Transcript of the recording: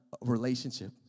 relationship